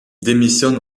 démissionne